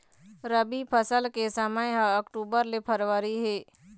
रबी फसल के समय ह अक्टूबर ले फरवरी हे